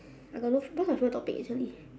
I got no what's my favourite topic recently